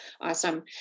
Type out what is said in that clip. Awesome